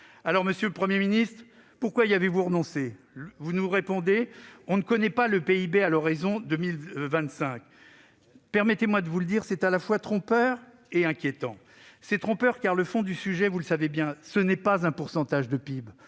Alors, monsieur le Premier ministre, pourquoi y avez-vous renoncé ? Vous nous répondez : on ne connaît pas le PIB à l'horizon de 2025. Permettez-moi de vous le dire, c'est à la fois trompeur et inquiétant. C'est trompeur, car, le fond du sujet, ce n'est pas un pourcentage de PIB,